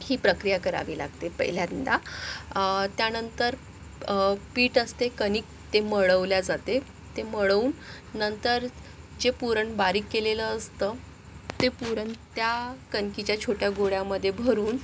ही प्रक्रिया करावी लागते पहिल्यांदा त्यानंतर पीठ असते कणीक ते मळवल्या जाते ते मळवून नंतर जे पुरण बारीक केलेलं असतं ते पुरण त्या कणकेच्या छोट्या गोळ्यामधे भरून